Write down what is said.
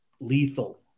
lethal